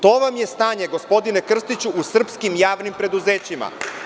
To vam je stanje, gospodine Krstiću, u srpskim javnim preduzećima.